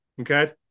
Okay